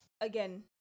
again